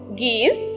gives